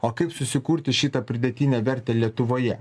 o kaip susikurti šitą pridėtinę vertę lietuvoje